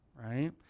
right